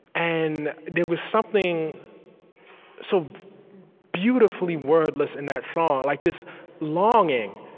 and there was something so beautifully wordless in that song like this longing.